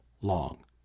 Long